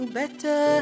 better